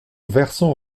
versant